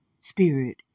spirit